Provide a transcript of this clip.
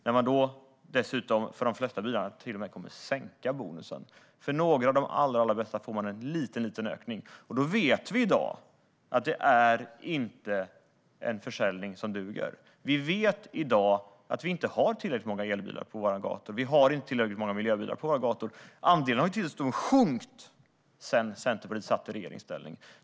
Man kommer faktiskt att sänka bonusen för de flesta bilar. För några - de allra, allra bästa - blir det en liten ökning. Vi vet i dag att det inte är en försäljning som duger. Vi vet i dag att vi inte har tillräckligt många elbilar och miljöbilar på våra gator. Andelen har dessutom sjunkit sedan Centerpartiet satt i regeringsställning.